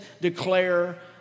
declare